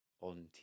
on